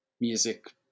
music